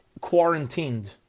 Quarantined